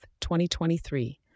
2023